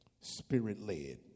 spirit-led